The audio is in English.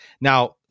Now